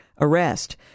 arrest